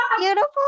Beautiful